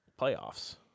playoffs